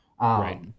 Right